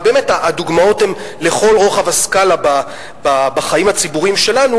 ובאמת הדוגמאות הן לכל רוחב הסקאלה בחיים הציבוריים שלנו,